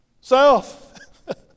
South